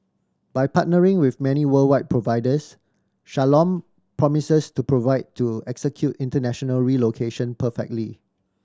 by partnering with many worldwide providers Shalom promises to provide to execute international relocation perfectly